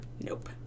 Nope